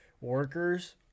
workers